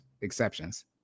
exceptions